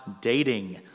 dating